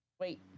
Wait